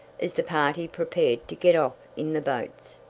as the party prepared to get off in the boats.